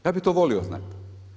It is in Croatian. Ja bih to volio znati.